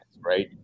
right